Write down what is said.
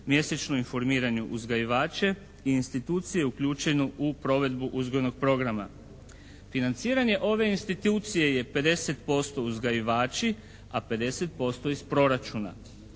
mjesečno informiraju uzgajivače i institucije uključene u provedbu uzgojnog programa. Financiranje ove institucije je 50% uzgajivači, a 50% iz proračuna.